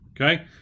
okay